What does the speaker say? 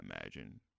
imagine